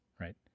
right